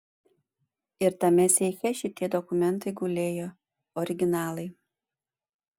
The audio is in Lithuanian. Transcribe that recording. ir tame seife šitie dokumentai gulėjo originalai